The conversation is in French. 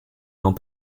dans